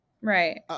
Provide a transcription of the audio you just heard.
Right